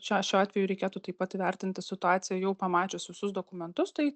čia šiuo atveju reikėtų taip pat įvertinti situaciją jau pamačius visus dokumentus tai